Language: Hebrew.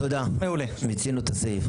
תודה, מיצינו את הסעיף.